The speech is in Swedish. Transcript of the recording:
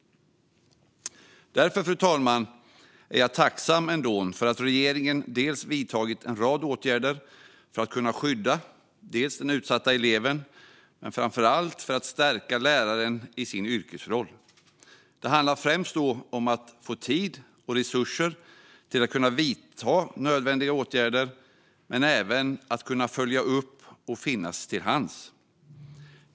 Därför, fru talman, är jag tacksam för att regeringen har vidtagit en rad åtgärder för att skydda den utsatta eleven och framför allt för att stärka läraren i sin yrkesroll. Det handlar främst om att läraren ska få tid och resurser till att kunna vidta nödvändiga åtgärder men även kunna följa upp och finnas till hands.